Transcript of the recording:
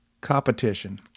Competition